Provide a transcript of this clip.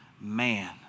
man